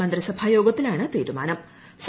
മന്ത്രിസഭാ യോഗത്തിലാണ് തീരുമാനും